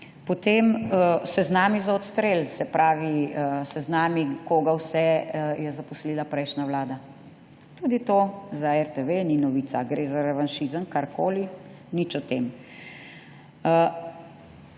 Potem seznami za odstrel, se pravi seznami, koga vse je zaposlila prejšnja vlada, tudi to za RTV ni novica. Ali gre za revanšizem, karkoli, nič o tem.